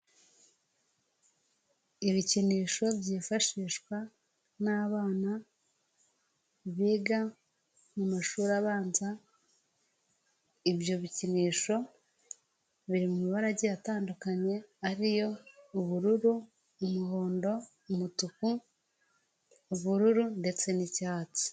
Ibikinisho byifashishwa n'abana biga mu mashuri abanza, ibyo bikinisho biri mu mabara agiye atandukanye, ariyo ubururu, umuhondo, umutuku, ubururu ndetse n'icyatsi.